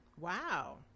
Wow